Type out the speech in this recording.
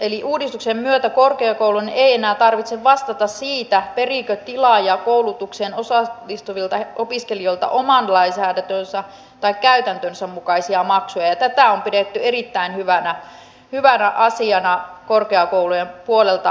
eli uudistuksen myötä korkeakoulun ei enää tarvitse vastata siitä periikö tilaaja koulutukseen osallistuvilta opiskelijoilta oman lainsäädäntönsä tai käytäntönsä mukaisia maksuja ja tätä on pidetty erittäin hyvänä asiana korkeakoulujen puolelta